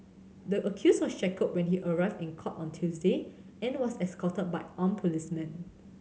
the accused was shackled when he arrived in court on Tuesday and was escorted by armed policemen